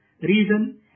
reason